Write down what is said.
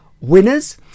Winners